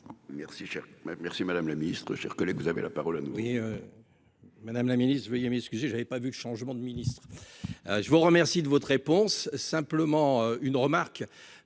Merci madame le Ministre, chers collègues, vous avez la parole. Et. Madame la Ministre veuillez m'excuser, j'avais pas vu le changement de ministre. Je vous remercie de votre réponse, simplement une remarque